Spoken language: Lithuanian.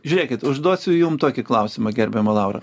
žiūrėkit užduosiu jum tokį klausimą gerbiama laura